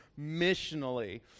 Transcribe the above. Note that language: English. missionally